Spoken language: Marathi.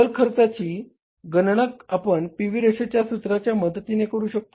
चल खर्चाची गणना आपण पी व्ही रेशोच्या सूत्राच्या मदतीने करू शकतो